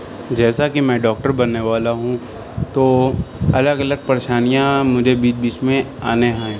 جیسا کہ میں ڈاکٹر بننے والا ہوں تو الگ الگ پریشانیاں مجھے بیچ بیچ میں آنے ہیں